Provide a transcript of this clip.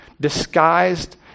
disguised